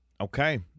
Okay